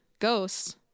ghosts